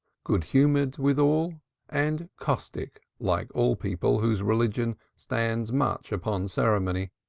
good-humored withal and casuistic like all people whose religion stands much upon ceremony